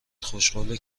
خوشقوله